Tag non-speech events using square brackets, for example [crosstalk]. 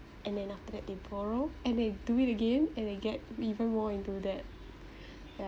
and then after that they borrow and they do it again and they get even more into debt [breath] ya